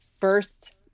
first